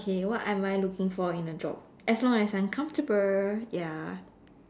okay what am I looking for in a job as long as I'm comfortable ya